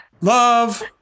Love